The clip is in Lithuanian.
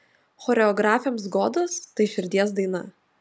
choreografėms godos tai širdies daina